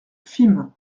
fismes